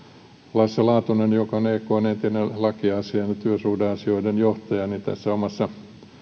lasse laatunen joka on ekn entinen lakiasiain ja työsuhdeasioiden johtaja tässä omassa